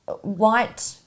white